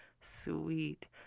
sweet